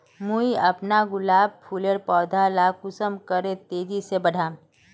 मुई अपना गुलाब फूलेर पौधा ला कुंसम करे तेजी से बढ़ाम?